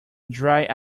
dry